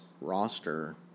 roster